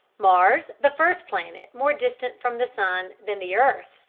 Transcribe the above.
mars, the first planet more distant from the sun than the earth,